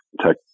tech